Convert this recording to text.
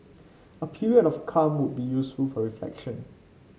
a period of calm would be useful for reflection